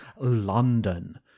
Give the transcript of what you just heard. London